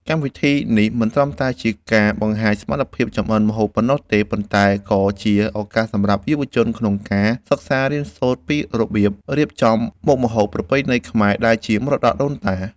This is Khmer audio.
កម្មវិធីនេះមិនត្រឹមតែជាការបង្ហាញសមត្ថភាពចម្អិនម្ហូបប៉ុណ្ណោះទេ ប៉ុន្តែក៏ជាឱកាសសម្រាប់យុវជនក្នុងការសិក្សារៀនសូត្រពីរបៀបរៀបចំមុខម្ហូបប្រពៃណីខ្មែរដែលជាមរតកដូនតា។